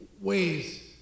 ways